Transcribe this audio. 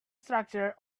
structure